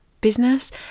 business